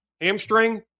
Hamstring